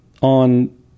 On